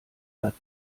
satt